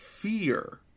Fear